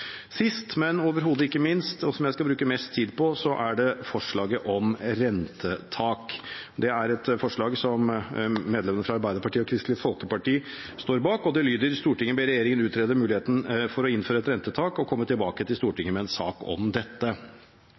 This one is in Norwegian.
Sist, men overhodet ikke minst, og som jeg skal bruke mest tid på: forslaget om rentetak. Medlemmene fra Arbeiderpartiet og Kristelig Folkeparti står bak forslaget, som lyder: «Stortinget ber regjeringen utrede muligheten for å innføre et rentetak og komme tilbake til Stortinget med en sak om dette.»